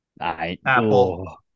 Apple